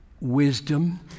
wisdom